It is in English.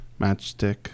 matchstick